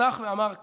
פתח ואמר כך: